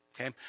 okay